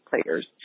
players